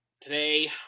today